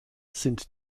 sind